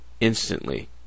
instantly